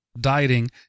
dieting